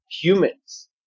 humans